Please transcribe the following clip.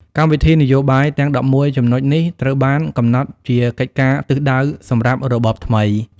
កម្មវិធីនយោបាយទាំង ១១ ចំណុចនេះត្រូវបានកំណត់ជាកិច្ចការទិសដៅសម្រាប់របបថ្មី ។